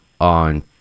on